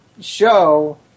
show